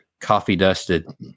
coffee-dusted